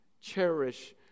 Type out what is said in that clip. Cherish